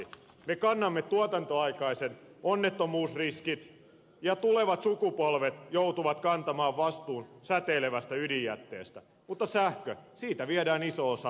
me kannamme tuotannonaikaiset onnettomuus riskit ja tulevat sukupolvet joutuvat kantamaan vastuun säteilevästä ydinjätteestä mutta sähköstä viedään iso osa vientiin